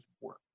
work